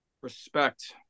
Respect